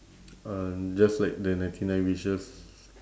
uh just like the ninety nine wishes